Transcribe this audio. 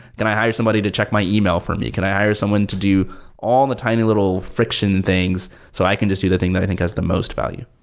can i hire somebody to check my email for me? can i someone to do all the tiny little friction things so i can just do the thing that i think has the most value?